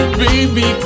baby